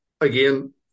again